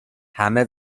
همه